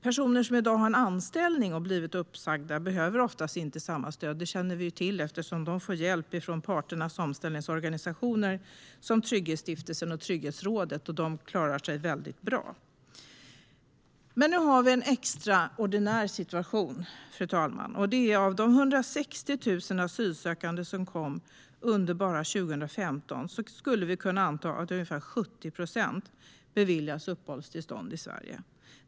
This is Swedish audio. Personer som i dag har en anställning och blir uppsagda behöver oftast inte samma stöd eftersom de får hjälp från parternas omställningsorganisationer, som Trygghetsstiftelsen och Trygghetsrådet. De klarar sig väldigt bra. Men nu har vi en extraordinär situation, fru talman. Av de 160 000 asylsökande som kom bara under 2015 skulle vi kunna anta att ungefär 70 procent beviljas uppehållstillstånd i Sverige.